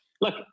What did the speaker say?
look